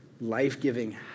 life-giving